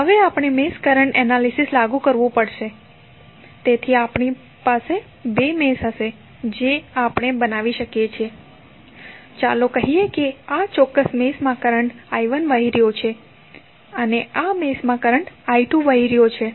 હવે આપણે mesh current analysis લાગુ કરવું પડશે તેથી આપણી પાસે બે મેશ હશે જે આપણે બનાવી શકીએ છીએ ચાલો કહીએ કે આ ચોક્કસ મેશ માં કરંટ I1 વહી રહ્યો છે આ મેશ માં કરંટ I2 વહી રહ્યો છે